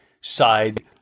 side